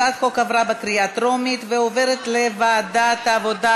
הצעת החוק עברה בקריאה טרומית ותעבור לוועדת העבודה,